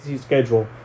schedule